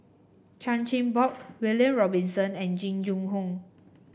Chan Chin Bock William Robinson and Jing Jun Hong